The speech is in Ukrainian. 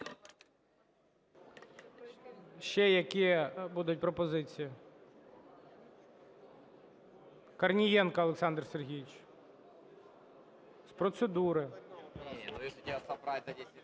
Ще які будуть пропозиції? Корнієнко Олександр Сергійович, з процедури.